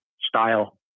style